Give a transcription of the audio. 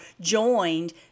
joined